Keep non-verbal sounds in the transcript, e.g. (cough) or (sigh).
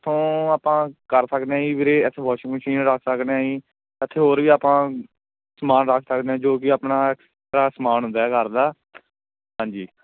ਇੱਥੋਂ ਆਪਾਂ ਕਰ ਸਕਦੇ ਹਾਂ ਜੀ ਵੀਰੇ ਇੱਥੇ ਵੋਸ਼ਿੰਗ ਮਸ਼ੀਨ ਰੱਖ ਸਕਦੇ ਹਾਂ ਜੀ ਇੱਥੇ ਹੋਰ ਵੀ ਆਪਾਂ ਸਮਾਨ ਰੱਖ ਸਕਦੇ ਹਾਂ ਜੋ ਵੀ ਆਪਣਾ (unintelligible) ਸਮਾਨ ਹੁੰਦਾ ਹੈ ਘਰ ਦਾ ਹਾਂਜੀ